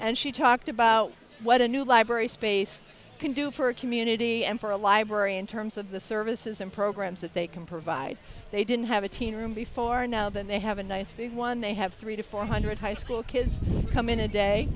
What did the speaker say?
and she talked about what a new library space can do for a community and for a library in terms of the services and programs that they can provide they didn't have a teen room before now than they have a nice big one they have three to four hundred high school kids come in a day